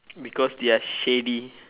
because they are shady